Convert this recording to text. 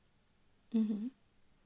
mmhmm